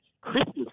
Christmas